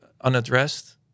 unaddressed